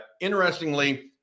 Interestingly